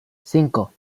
cinco